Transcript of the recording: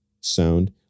sound